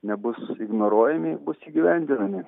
nebus ignoruojami bus įgyvendinami